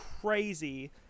crazy